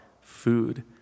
food